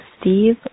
Steve